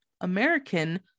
American